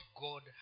God